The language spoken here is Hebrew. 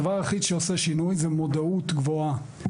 הדבר היחיד שעושה שינוי הוא מודעות גבוהה.